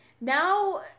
Now